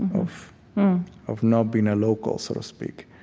of of not being a local, so to speak.